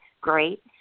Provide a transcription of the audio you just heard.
great